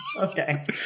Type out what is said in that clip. Okay